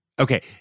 Okay